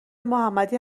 محمدی